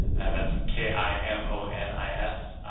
that's k i m o n i s,